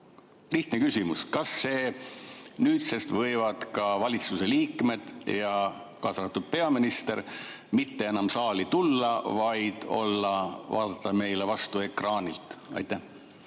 Lihtne küsimus: kas nüüdsest võivad ka valitsuse liikmed, kaasa arvatud peaminister, mitte enam saali tulla, vaid vaadata meile vastu ekraanilt? Aitäh!